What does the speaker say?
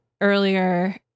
earlier